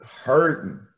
hurting